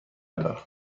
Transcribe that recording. دارم